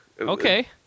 Okay